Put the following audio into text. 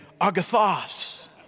agathos